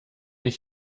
ich